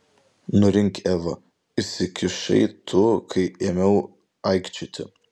nurimk eva įsikišai tu kai ėmiau aikčioti